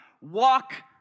walk